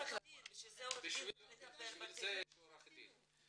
בשביל זה יש עורך דין.